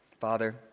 Father